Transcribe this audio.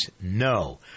No